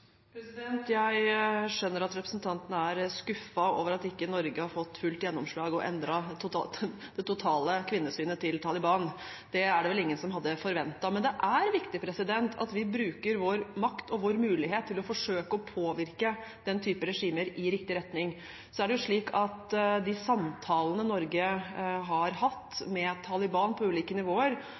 Jeg skjønner at representanten er skuffet over at Norge ikke har fått fullt gjennomslag og endret det totale kvinnesynet til Taliban. Det er det vel ingen som hadde forventet. Men det er viktig at vi bruker vår makt og vår mulighet til å forsøke å påvirke den typen regimer i riktig retning. De samtalene Norge har hatt med Taliban på ulike nivåer,